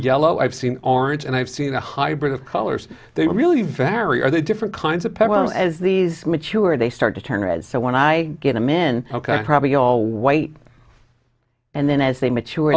yellow i've seen orange and i've seen a hybrid of colors they really vary are they different kinds of people as these mature they start to turn red so when i get them in probably all white and then as they mature